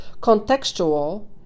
contextual